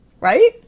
Right